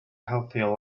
healthier